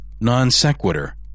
Non-sequitur